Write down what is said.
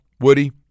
Woody